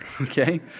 okay